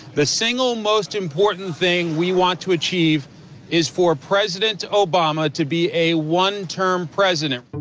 the single most important thing we want to achieve is for president obama to be a one-term president.